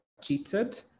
cheated